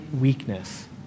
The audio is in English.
weakness